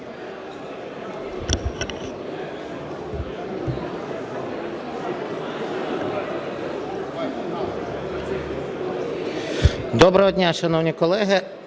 Доброго дня, шановні колеги.